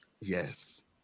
Yes